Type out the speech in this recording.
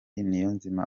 niyonzima